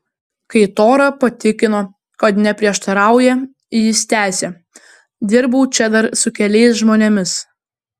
kai tora patikino kad neprieštarauja jis tęsė dirbau čia dar su keliais žmonėmis